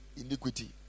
iniquity